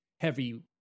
heavy